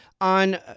on